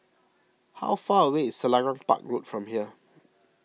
how far away is Selarang Park Road from here